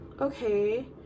okay